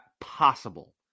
possible